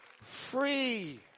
free